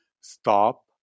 stop